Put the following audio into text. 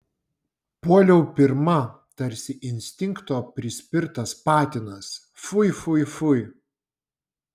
puoliau pirma tarsi instinkto prispirtas patinas fui fui fui